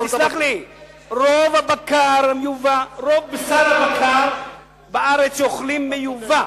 תסלח לי, רוב בשר הבקר שאוכלים בארץ מיובא.